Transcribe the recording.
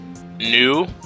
New